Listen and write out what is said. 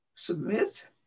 submit